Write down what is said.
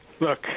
look